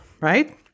right